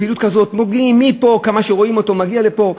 בפעילות כזאת, מפה, כמה שרואים אותו מגיע לפה,